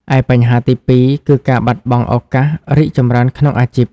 ឯបញ្ហាទីពីរ គឺ ការបាត់បង់ឱកាសរីកចម្រើនក្នុងអាជីព។